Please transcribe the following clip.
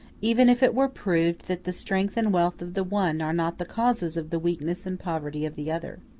even if it were proved that the strength and wealth of the one are not the causes of the weakness and poverty of the other.